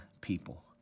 people